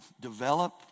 develop